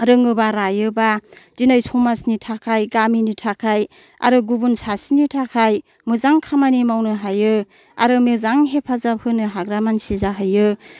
रोङोबा रायोबा दिनै समाजनि थाखाय गामिनि थाखाय आरो गुबुन सासेनि थाखाय मोजां खामानि मावनो हायो आरो मोजां हेफाजाब होनो हाग्रा मानसि जाहैयो